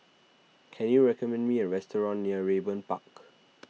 can you recommend me a restaurant near Raeburn Park